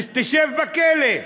תשב בכלא.